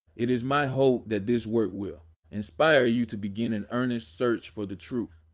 it is my hope that this work will inspire you to begin an earnest search for the truth.